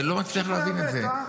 אני לא מצליח להבין את זה.